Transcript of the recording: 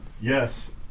Yes